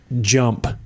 jump